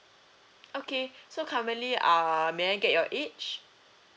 okay so currently uh may I get your age